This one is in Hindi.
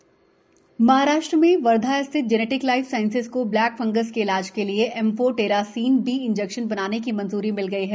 ब्लैक फंगस इंजेक्शन महाराष्ट्र में वर्धा स्थित जेनेटिक लाइफ साइंसेज को ब्लैक फंगस के इलाज के लिए एम्फोटेरासीन बी इंजेक्शन बनाने की मंजूरी मिल गयी है